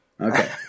Okay